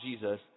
Jesus